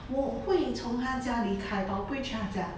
我会从他家离开 but 我不会去他家